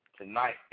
tonight